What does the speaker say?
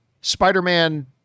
Spider-Man